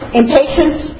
impatience